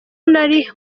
nari